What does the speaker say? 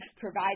provide